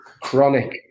chronic